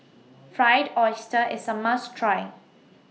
Fried Oyster IS A must Try